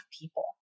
people